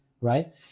Right